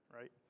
right